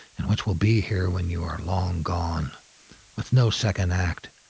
and which will be here when you are long gone with no second act,